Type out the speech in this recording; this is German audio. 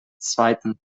zweiten